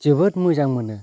जोबोद मोजां मोनो